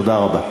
תודה רבה.